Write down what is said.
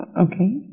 Okay